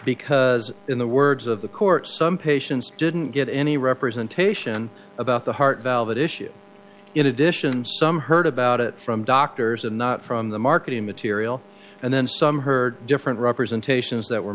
because in the words of the court some patients didn't get any representation about the heart valve issue in addition some heard about it from doctors and not from the marketing material and then some heard different representations that were